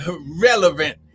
relevant